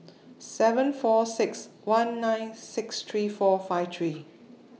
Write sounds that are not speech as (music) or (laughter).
(noise) seven four six one nine six three four five three